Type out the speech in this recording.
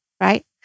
right